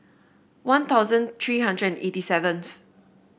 One Thousand three hundred and eighty seventh